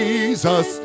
Jesus